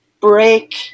break